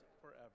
forever